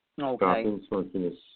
Okay